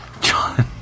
John